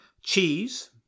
Cheese